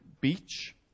beach